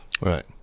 Right